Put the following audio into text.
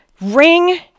ring